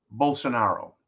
Bolsonaro